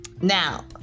Now